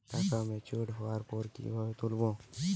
টাকা ম্যাচিওর্ড হওয়ার পর কিভাবে তুলব?